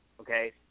okay